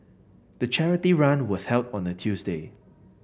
the charity run was held on a Tuesday